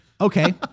Okay